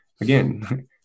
again